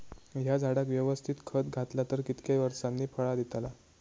हया झाडाक यवस्तित खत घातला तर कितक्या वरसांनी फळा दीताला?